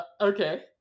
okay